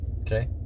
okay